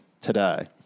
today